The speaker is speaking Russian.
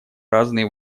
разные